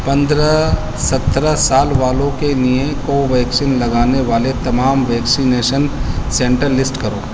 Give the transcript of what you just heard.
پندرہ سترہ سال والوں کے لیے کوویکسین لگانے والے تمام ویکسینیشن سنٹر لسٹ کرو